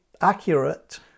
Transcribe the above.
accurate